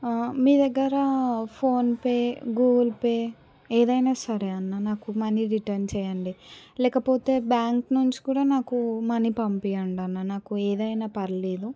మీ దగ్గర PhonePe Google Pay ఏదైనా సరే అన్న నాకు మనీ రిటర్న్ చేయండి లేకపోతే బ్యాంక్ నుంచి కూడా నాకు మనీ పంపియండి అన్న నాకు ఏదైనా పర్లేదు